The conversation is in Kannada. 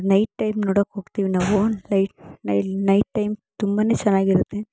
ನೈಟ್ ಟೈಮ್ ನೋಡೋಕ್ಕೆ ಹೋಗ್ತೀವಿ ನಾವು ಲೈಟ್ ನೈಟ್ ಟೈಮ್ ತುಂಬನೇ ಚೆನ್ನಾಗಿರುತ್ತೆ